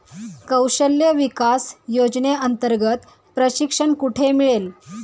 कौशल्य विकास योजनेअंतर्गत प्रशिक्षण कुठे मिळेल?